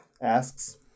asks